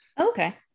Okay